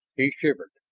he shivered.